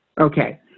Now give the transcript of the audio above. Okay